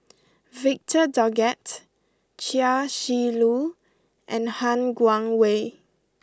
Victor Doggett Chia Shi Lu and Han Guangwei